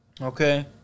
Okay